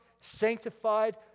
sanctified